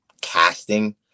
casting